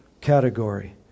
category